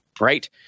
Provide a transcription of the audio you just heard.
Right